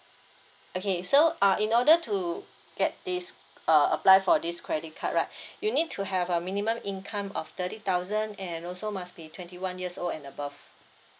okay so uh in order to get this uh apply for this credit card right you need to have a minimum income of thirty thousand and also must be twenty one years old and above